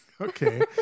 okay